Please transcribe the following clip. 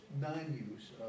non-use